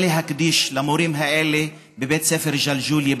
להקדיש למורים האלה בבית ספר ג'לג'וליה,